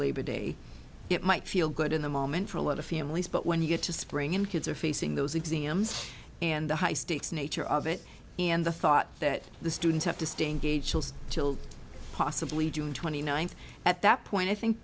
labor day it might feel good in the moment for a lot of families but when you get to spring and kids are facing those exams and the high stakes nature of it and the thought that the students have to stay engaged chilled possibly june twenty ninth at that point i think